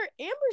amber